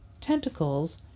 tentacles